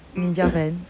ninja van